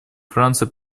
франция